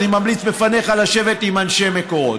אני ממליץ לפניך לשבת עם אנשי מקורות,